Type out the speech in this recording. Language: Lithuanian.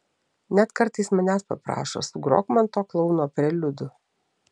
net kartais manęs paprašo sugrok man to klouno preliudų